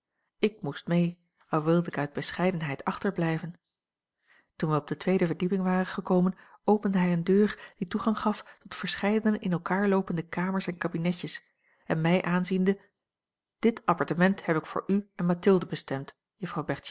ik moest mee al wilde ik uit bescheidenheid achterblijven toen wij op de tweede verdieping waren gekomen opende hij eene deur die toegang gaf tot verscheidene in elkaar loopende kamers en kabinetjes en mij aanziende dit appartement heb ik voor u en mathilde bestemd juffrouw